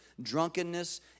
drunkenness